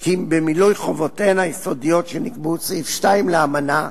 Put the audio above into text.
כי במילוי חובותיהן היסודיות שנקבעו בסעיף 2 לאמנה,